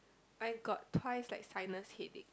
I got twice like sinus headache